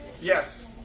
Yes